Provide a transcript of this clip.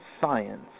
Science